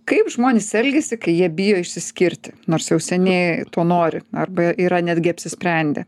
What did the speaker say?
kaip žmonės elgiasi kai jie bijo išsiskirti nors jau seniai to nori arba yra netgi apsisprendę